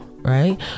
right